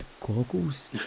goggles